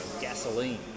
gasoline